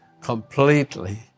Completely